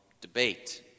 debate